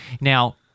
now